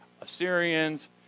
Assyrians